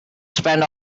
spend